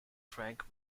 frank